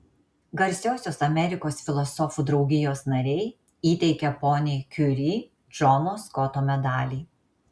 garsiosios amerikos filosofų draugijos nariai įteikia poniai kiuri džono skoto medalį